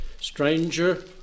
stranger